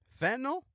fentanyl